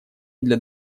для